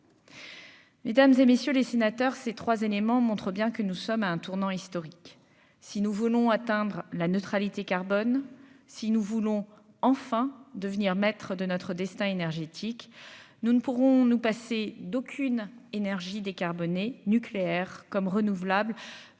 Mesdames et messieurs les sénateurs, ces 3 éléments montrent bien que nous sommes à un tournant historique, si nous voulons atteindre la neutralité carbone si nous voulons enfin devenir maître de notre destin énergétique, nous ne pourrons nous passer d'aucune énergies décarbonnées nucléaire comme renouvelable